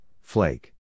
flake